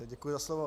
Děkuji za slovo.